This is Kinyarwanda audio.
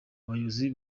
abayobozi